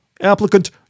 Applicant